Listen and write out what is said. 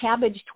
cabbage